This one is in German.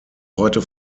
heute